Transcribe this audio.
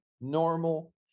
normal